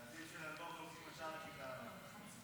הילדים של אלמוג הולכים ישר לכיתה א'.